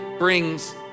brings